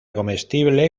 comestible